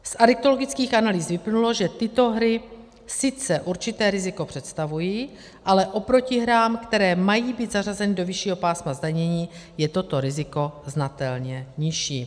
Z adiktologických analýz vyplynulo, že tyto hry sice určité riziko představují, ale oproti hrám, které mají být zařazeny do vyššího pásma zdanění, je toto riziko znatelně nižší.